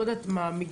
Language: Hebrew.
אני לא יודעת מה,